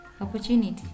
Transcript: opportunity